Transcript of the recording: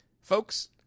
Folks